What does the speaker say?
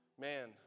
Man